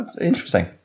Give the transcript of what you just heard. Interesting